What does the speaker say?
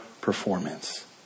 performance